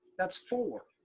that's four,